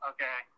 Okay